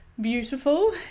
beautiful